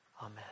Amen